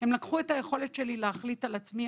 הם לקחו את היכולת שלי להחליט על עצמי,